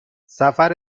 سفر